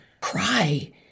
cry